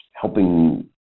helping